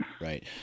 Right